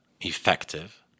effective